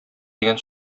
дигән